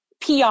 PR